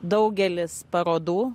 daugelis parodų